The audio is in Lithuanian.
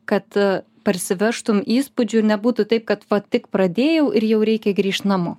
kad parsivežtum įspūdžių ir nebūtų taip kad va tik pradėjau ir jau reikia grįžt namo